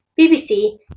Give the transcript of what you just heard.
BBC